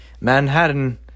manhattan